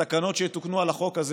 בתקנות שיותקנו על החוק הזה,